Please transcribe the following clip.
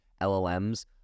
llms